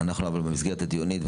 במסגרת הדיונית,